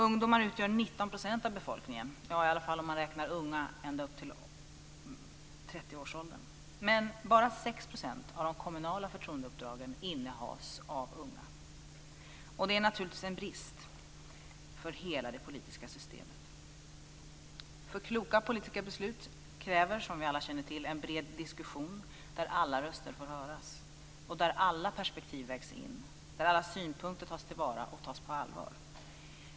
Ungdomar utgör 19 % av befolkningen, i alla fall om räknar alla upp till 30-årsåldern, men bara 6 % av de kommunala förtroendeuppdragen innehas av unga. Det är naturligtvis en brist för hela det politiska systemet. Kloka politiska beslut kräver ju, som vi alla känner till, en bred diskussion där alla röster får höras, där alla perspektiv vägs in och där alla synpunkter tas till vara och tas på allvar.